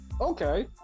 Okay